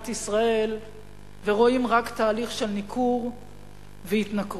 ישראל ורואים רק תהליך של ניכור והתנכרות.